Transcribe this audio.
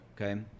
Okay